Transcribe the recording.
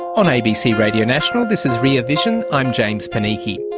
on abc radio national, this is rear vision, i'm james panichi.